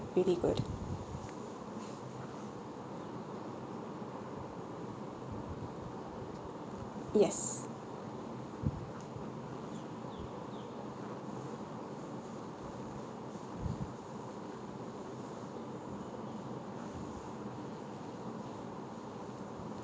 really good yes